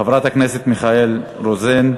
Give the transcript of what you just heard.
חברת הכנסת מיכל רוזין,